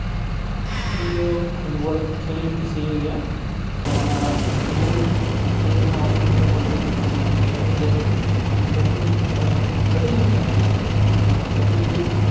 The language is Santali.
ᱤᱧᱫᱚ ᱯᱷᱩᱴᱵᱚᱞ ᱠᱷᱮᱞᱮᱧ ᱠᱩᱥᱤᱭᱟᱜ ᱜᱮᱭᱟ ᱛᱳ ᱚᱱᱟ ᱯᱷᱩᱴᱵᱚᱞ ᱠᱷᱮᱞ ᱨᱮᱱᱟᱜ ᱚᱵᱷᱤᱜᱽᱜᱚᱛᱟ ᱵᱚᱞᱛᱮ ᱢᱮᱱ ᱦᱚᱪᱚᱭᱟ ᱡᱮ ᱤᱧ ᱡᱚᱠᱷᱚᱱᱤᱧ ᱠᱟᱹᱴᱤᱡ ᱜᱤᱧ ᱛᱟᱦᱮᱸ ᱠᱟᱱᱟ ᱠᱟᱹᱴᱤᱡ ᱨᱮ